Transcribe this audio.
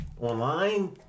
online